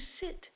sit